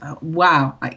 Wow